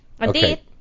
Okay